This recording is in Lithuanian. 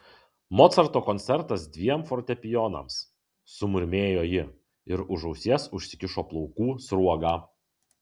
mocarto koncertas dviem fortepijonams sumurmėjo ji ir už ausies užsikišo plaukų sruogą